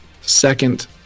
Second